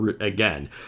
again